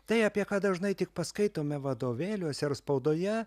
tai apie ką dažnai tik paskaitome vadovėliuose ar spaudoje